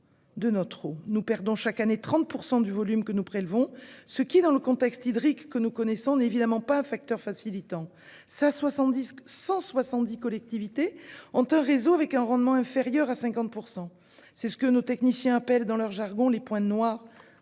garantit pas : nous perdons chaque année 30 % du volume que nous prélevons, ce qui, dans le contexte hydrique que nous connaissons, n'est évidemment pas un facteur facilitant. Actuellement, 170 collectivités ont un réseau dont le rendement est inférieur à 50 %, ce que les techniciens appellent, dans leur jargon, les points noirs de